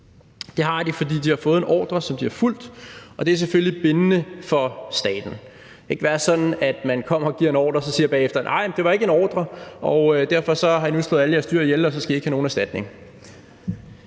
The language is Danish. Det har de, fordi de har fået en ordre, som de har fulgt, og det er selvfølgelig bindende for staten. Det kan ikke være sådan, at man kommer og giver en ordre og så bagefter siger: Nej, det var ikke en ordre, og selv om Inu har slået alle jeres dyr ihjel, skal I derfor ikke have nogen erstatning.